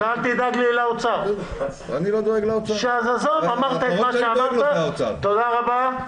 אתה אל תדאג לאוצר, אמרת את מה שאמרת, תודה רבה.